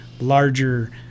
larger